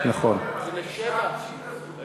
כֻּשיים אתם".